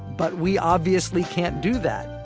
but we obviously can't do that,